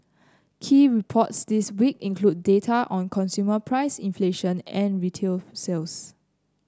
key reports this week include data on consumer price inflation and retail sales